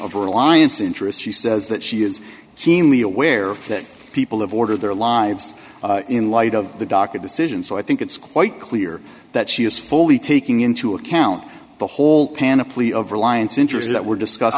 of reliance interest she says that she is keenly aware that people have ordered their lives in light of the docket decision so i think it's quite clear that she is fully taking into account the whole panoply of reliance interests that were discuss